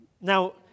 Now